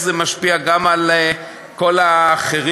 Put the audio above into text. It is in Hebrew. איך זה משפיע גם על כל האחרים,